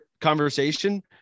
conversation